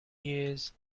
years